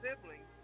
siblings